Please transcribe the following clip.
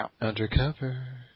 Undercover